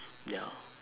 ya